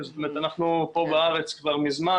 אנחנו פה בארץ כבר מזמן,